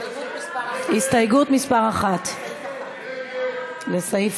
סתיו שפיר, איציק שמולי, עמר